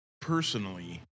personally